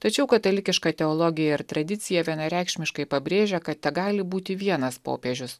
tačiau katalikiška teologija ir tradicija vienareikšmiškai pabrėžia kad tegali būti vienas popiežius